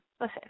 Listen